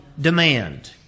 demand